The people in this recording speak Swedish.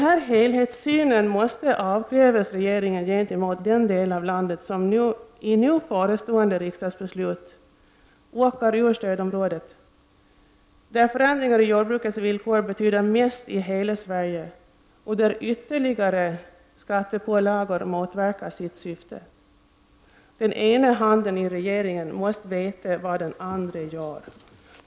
Denna helhetssyn måste avkrävas regeringen gentemot den del av landet som i det förestående riksdagsbeslutet kommer att tas bort från stödområdet. Denna förändring av jordbrukets villkor är den som betyder mest i hela Sverige, och ytterligare skattepålagor motverkar sitt syfte. Den ena handen i regeringen måste veta vad den andra gör.